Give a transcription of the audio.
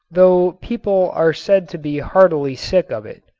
though people are said to be heartily sick of it.